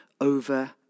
over